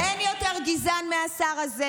אין יותר גזען מהשר הזה.